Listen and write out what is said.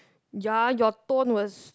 ya your tone was